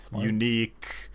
unique